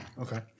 Okay